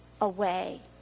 away